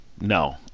no